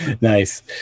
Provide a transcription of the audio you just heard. Nice